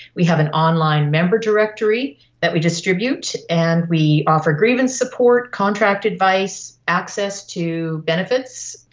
we have an online member directory that we distribute, and we offer grievance support, contract advice, access to benefits,